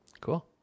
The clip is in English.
Cool